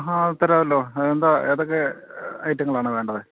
ആ തരാമല്ലോ അ എന്താ ഏതൊക്കെ ഐറ്റങ്ങളാണ് വേണ്ടത്